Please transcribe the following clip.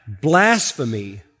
blasphemy